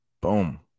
Boom